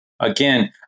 Again